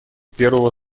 первого